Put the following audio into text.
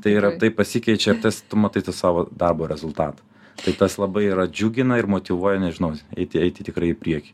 tai yra taip pasikeičia tas tu matai tą savo darbo rezultatą tai tas labai yra džiugina ir motyvuoja nežinau eiti eiti tikrai į priekį